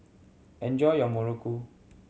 enjoy your muruku